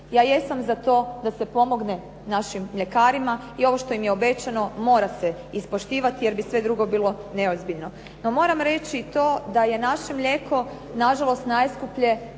Ja jesam za to da se pomogne našim ljekarima i ovo što im je obećano mora se ispoštivati jer bi sve drugo bilo neozbiljno. No moram reći da je naše mlijeko nažalost najskuplje